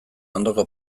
ondoko